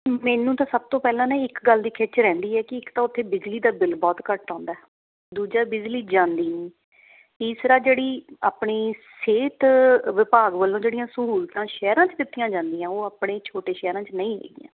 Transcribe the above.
ਮੈਨੂੰ ਤਾਂ ਸਭ ਤੋਂ ਪਹਿਲਾਂ ਨਾ ਇੱਕ ਗੱਲ ਦੀ ਖਿੱਚ ਰਹਿੰਦੀ ਹੈ ਕਿ ਇੱਕ ਤਾਂ ਉੱਥੇ ਬਿਜਲੀ ਦਾ ਬਿੱਲ ਬਹੁਤ ਘੱਟ ਆਉਂਦਾ ਦੂਜਾ ਬਿਜਲੀ ਜਾਂਦੀ ਨਹੀਂ ਤੀਸਰਾ ਜਿਹੜੀ ਆਪਣੀ ਸਿਹਤ ਵਿਭਾਗ ਵੱਲੋਂ ਜਿਹੜੀਆਂ ਸਹੂਲਤਾਂ ਸ਼ਹਿਰਾਂ 'ਚ ਦਿੱਤੀਆਂ ਜਾਂਦੀਆਂ ਉਹ ਆਪਣੇ ਛੋਟੇ ਸ਼ਹਿਰਾਂ 'ਚ ਨਹੀਂ ਹੈਗੀਆਂ